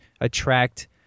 attract